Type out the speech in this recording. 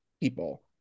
people